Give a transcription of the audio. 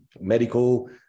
Medical